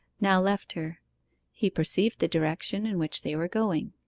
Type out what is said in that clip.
now left her he perceived the direction in which they were going.